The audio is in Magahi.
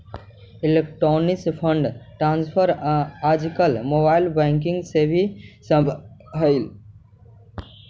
इलेक्ट्रॉनिक फंड ट्रांसफर आजकल मोबाइल बैंकिंग से भी संभव हइ